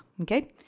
Okay